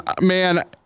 man